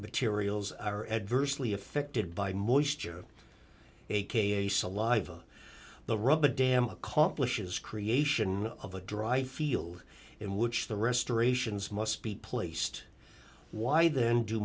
materials are adversely affected by moisture aka saliva the rub a dam accomplishes creation of a dry field in which the restorations must be placed why then do